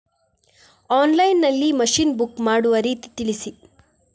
Online ನಲ್ಲಿ machine book ಮಾಡುವ ರೀತಿ ತಿಳಿಸಿ?